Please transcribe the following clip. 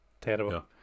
terrible